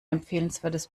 empfehlenswertes